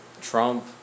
Trump